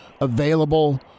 available